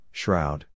shroud